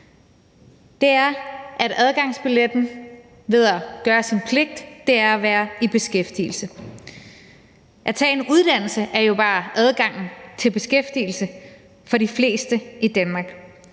debat, er, at adgangsbilletten ved at gøre sin pligt er at være i beskæftigelse. At tage en uddannelse er jo bare adgangen til beskæftigelse for de fleste i Danmark,